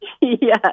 Yes